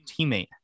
teammate